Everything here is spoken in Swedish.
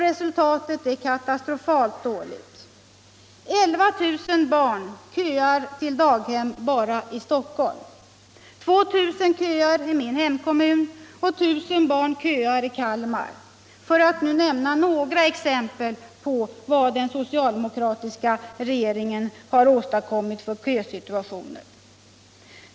Resultatet är katastrofalt dåligt. 11 000 barn köar i dag till daghem i Stockholm. 2 000 barn köar i Huddinge och 1 000 barn köar i Kalmar, för att nu nämna några exempel på vad den socialdemokratiska regeringen har åstadkommit för kösituation.